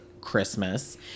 Christmas